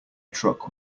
truck